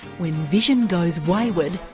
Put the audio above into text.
when vision goes wayward